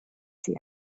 sie